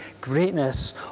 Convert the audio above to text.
greatness